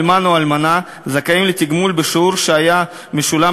אלמן או אלמנה זכאים לתגמול בשיעור שהיה משתלם